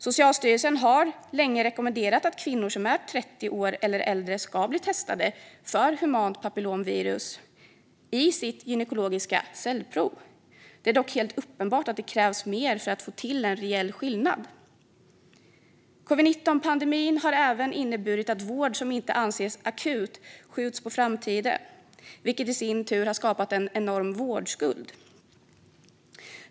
Socialstyrelsen har länge rekommenderat att kvinnor som är 30 år eller äldre ska bli testade för humant papillomvirus i sitt gynekologiska cellprov. Det är dock helt uppenbart att det krävs mer för att få till en reell skillnad. Covid-19-pandemin har även inneburit att vård som inte anses akut skjuts på framtiden, vilket i sin tur har skapat en enorm vårdskuld.